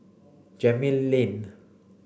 Gemmill Lane